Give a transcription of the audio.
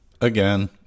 Again